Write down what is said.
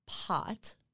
pot